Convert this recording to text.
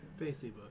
Facebook